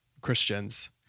Christians